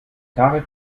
tarek